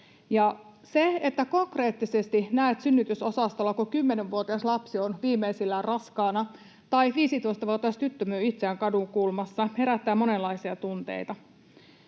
Se, että konkreettisesti näet synnytysosastolla, kun 10-vuotias lapsi on viimeisillään raskaana, tai näet, kun 15-vuotias tyttö myy itseään kadunkulmassa, herättää monenlaisia tunteita